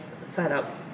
setup